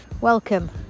Welcome